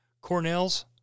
Cornell's